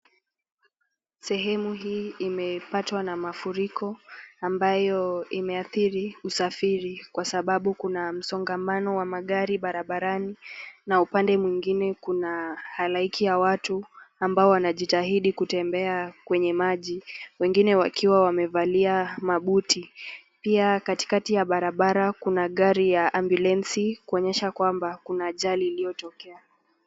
Sehemu hii imepatwa na mafuriko ambayo imeathiri usafiri, kwa sababu kuna msongamano wa magari barabarani, na upande mwingine kuna halaiki ya watu ambao wanajitahidi kutembea kwenye maji, wengine wakiwa wamevalia mabuti. Pia katikati ya barabara kuna gari ya ambulensi, kuonyesha kwamba kuna ajali iliyotokea.